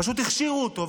פשוט הכשירו אותו,